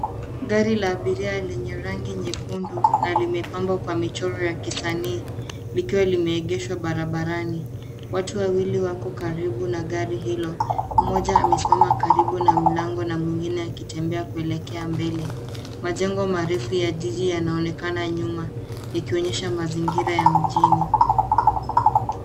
Gari la abiria lenye rangi nyekundu na limepambwa kwa michoro ya kisanii likiwa limeegeshwa barabarani .Watu wawili wako karibu na gari hilo. Mmoja amesimama karibu na mlango na mwingine akitembea kuelekea mbele. Majengo marefu ya jiji yanaonekana nyuma ikionyesha mazingira ya mjini.